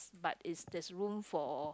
but it's there's room for